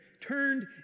turned